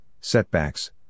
setbacks